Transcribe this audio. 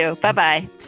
Bye-bye